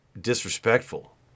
disrespectful